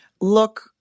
look